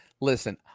listen